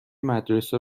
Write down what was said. مدرسه